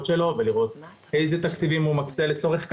שלו ולראות איזה תקציבים הוא מקצה לצורך כך.